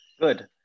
Good